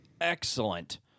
excellent